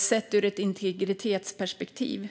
sett ur ett integritetsperspektiv.